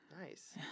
Nice